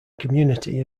community